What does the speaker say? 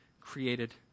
created